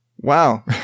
Wow